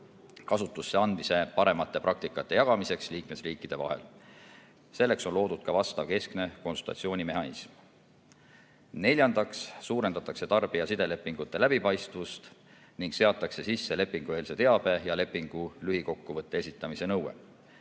kasutusse andmise paremate praktikate jagamiseks liikmesriikide vahel. Selleks on loodud asjaomane keskne konsultatsioonimehhanism. Neljandaks, suurendatakse tarbija sidelepingute läbipaistvust ning seatakse sisse lepingueelse teabe ja lepingu lühikokkuvõtte esitamise nõue.